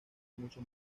mucho